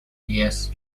yes